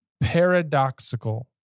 paradoxical